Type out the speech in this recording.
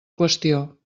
qüestió